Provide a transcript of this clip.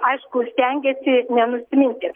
aišku stengiasi nenusiminti